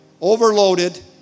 overloaded